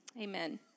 amen